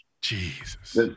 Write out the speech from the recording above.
Jesus